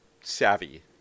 savvy